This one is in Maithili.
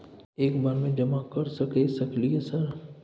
एक बार में जमा कर सके सकलियै सर?